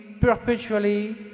perpetually